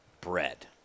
bread